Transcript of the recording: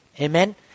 Amen